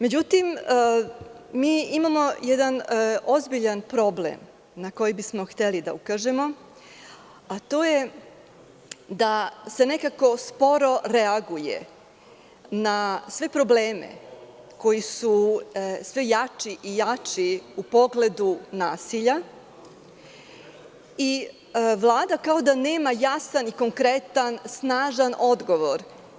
Međutim, mi imamo jedan ozbiljan problem na koji bismo hteli da ukažemo, a to je da se nekako sporo reaguje na sve probleme koji su sve jači i jači u pogledu nasilja i Vlada kao da nema jasan i konkretan, snažan odgovor.